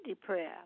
Prayer